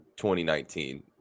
2019